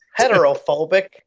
Heterophobic